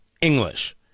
English